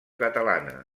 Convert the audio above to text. catalana